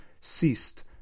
Ceased